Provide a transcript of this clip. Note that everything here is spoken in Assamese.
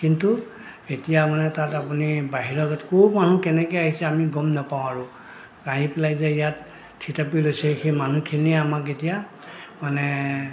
কিন্তু এতিয়া মানে তাত আপুনি বাহিৰগত ক'ৰ মানুহ কেনেকৈ আহিছে আমি গম নাপাওঁ আৰু আহি পেলাই যে ইয়াত থিতাপি লৈছে সেই মানুহখিনিয়ে আমাক এতিয়া মানে